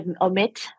omit